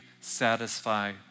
satisfy